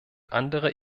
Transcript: andere